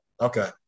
Okay